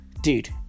Dude